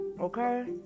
okay